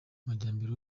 majyambere